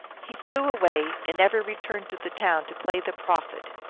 he flew away, and never returned to the town to play the prophet.